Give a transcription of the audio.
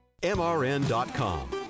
mrn.com